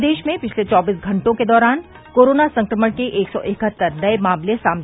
प्रदेश में पिछले चौबीस घंटों के दौरान कोरोना संक्रमण के एक सौ इकहत्तर नये मामले आये सामने